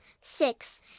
six